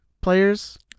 players